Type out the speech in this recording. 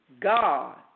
God